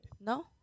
no